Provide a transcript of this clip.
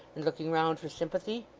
and looking round for sympathy.